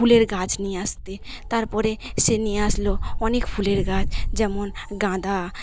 ফুলের গাছ নিয়ে আসতে তারপরে সে নিয়ে আসলো অনেক ফুলের গাছ যেমন গাঁদা